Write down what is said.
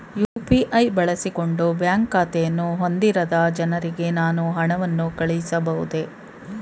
UPI ಬಳಸಿಕೊಂಡು bank ಖಾತೆಯನ್ನು ಹೊಂದಿರದ ಜನರಿಗೆ ನಾನು ಹಣವನ್ನು ಕಳುಹಿಸಬಹುದೇ?